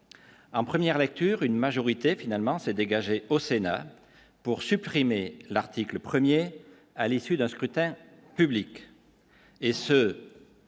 en première lecture une majorité finalement s'est dégagée au Sénat pour supprimer l'article 1er à l'issue d'un scrutin public et ce.